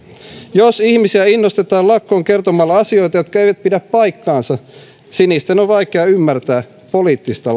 jos ihmisiä innostetaan lakkoon kertomalla asioita jotka eivät pidä paikkaansa sinisten on vaikea ymmärtää poliittista